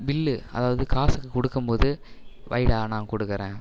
bill அதாவது காசுக்கு கொடுக்கும்போது வைடா நான் கொடுக்குறேன்